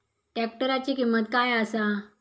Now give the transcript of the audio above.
ट्रॅक्टराची किंमत काय आसा?